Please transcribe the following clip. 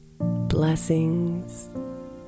Blessings